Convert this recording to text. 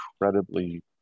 incredibly